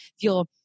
feel